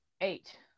eight